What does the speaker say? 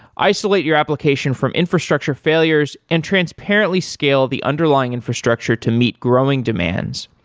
isolate your application from infrastructure failures and transparently scale the underlying infrastructure to meet growing demands,